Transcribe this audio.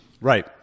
Right